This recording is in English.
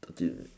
thirteen